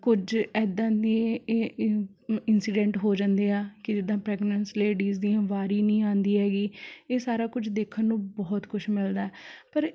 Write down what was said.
ਕੁਝ ਇੱਦਾਂ ਦੇ ਇਹ ਇੰਸੀਡੈਂਟ ਹੋ ਜਾਂਦੇ ਆ ਕਿ ਜਿੱਦਾਂ ਪ੍ਰੈਗਨੈਂਟਸ ਲੇਡੀਜ਼ ਦੀਆਂ ਵਾਰੀ ਨਹੀਂ ਆਉਂਦੀ ਹੈਗੀ ਇਹ ਸਾਰਾ ਕੁਝ ਦੇਖਣ ਨੂੰ ਬਹੁਤ ਕੁਛ ਮਿਲਦਾ ਪਰ